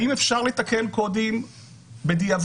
האם אפשר לתקן קודים בדיעבד?